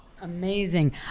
Amazing